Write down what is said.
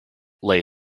lay